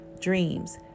dreams